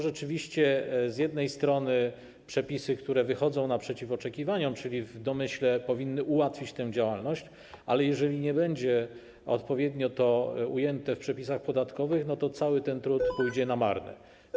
Rzeczywiście z jednej strony są przepisy, które wychodzą naprzeciw oczekiwaniom, czyli w domyśle powinny ułatwić tę działalność, ale jeżeli nie będzie odpowiednio to ujęte w przepisach podatkowych, to cały ten trud pójdzie na marne.